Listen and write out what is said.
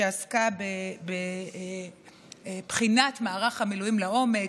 שעסקה בבחינת מערך המילואים לעומק,